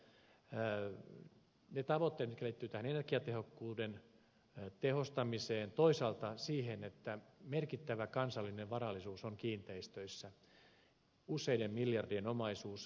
on toisaalta ne tavoitteet jotka liittyvät tähän energiatehokkuuden tehostamiseen ja toisaalta on niin että merkittävä kansallinen varallisuus on kiinteistöissä useiden miljardien omaisuus